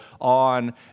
on